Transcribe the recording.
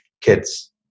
Kids